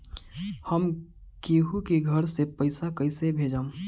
हम केहु के घर से पैसा कैइसे भेजम?